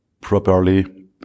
properly